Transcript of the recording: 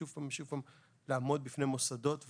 שוב ושוב לעמוד בפני מוסדות,